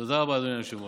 תודה רבה, אדוני היושב-ראש.